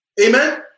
Amen